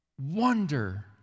Wonder